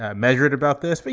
ah measured about this. but